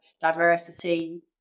diversity